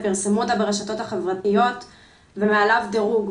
פרסמו אותה ברשתות החברתיות ומעליו דירוג,